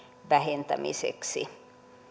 vähentämiseksi